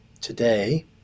today